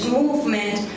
movement